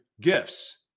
gifts